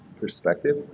perspective